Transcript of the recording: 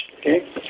okay